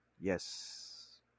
Yes